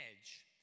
edge